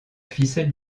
ficelle